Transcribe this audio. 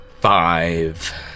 Five